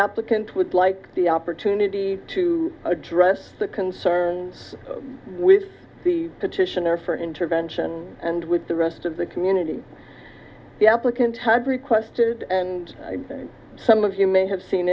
applicant would like the opportunity to address the concerns with the petitioner for intervention and with the rest of the community the applicant had requested and some of you may have seen